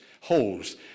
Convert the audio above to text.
holes